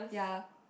ya